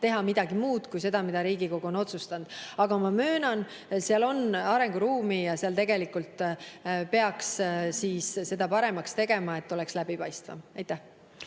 teha midagi muud kui seda, mida Riigikogu on otsustanud. Aga ma möönan, seal on arenguruumi ja tegelikult peaks seda paremaks tegema, et oleks läbipaistvam.